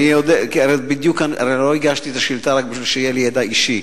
הרי לא הגשתי את השאילתא רק בשביל ידע אישי,